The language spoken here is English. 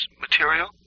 material